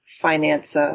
finance